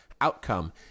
Outcome